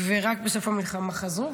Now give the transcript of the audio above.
ורק בסוף המלחמה חזרו.